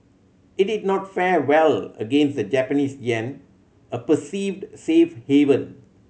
it did not fare well against the Japanese yen a perceived safe haven